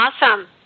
Awesome